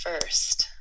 first